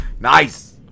Nice